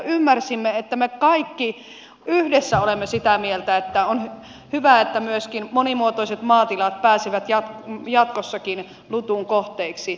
ymmärsimme että me kaikki yhdessä olemme sitä mieltä että on hyvä että myöskin monimuotoiset maatilat pääsevät jatkossakin lutun kohteiksi